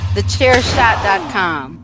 TheChairShot.com